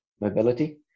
mobility